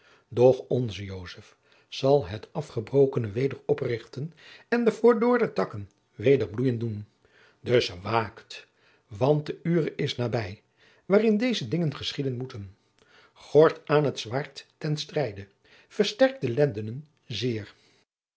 zal het afgebrokene weder oprichten en de verdorde takken weder bloeien doen dus waakt want de ure is nabij waarin deze dingen geschieden moeten gordt aan het zwaard ten strijde versterkt de lendenen zeer